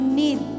need